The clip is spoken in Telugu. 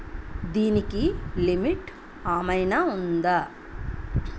దీనికి లిమిట్ ఆమైనా ఉందా?